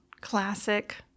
classic